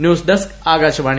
news desk Akashvani